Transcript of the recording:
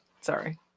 sorry